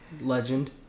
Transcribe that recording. Legend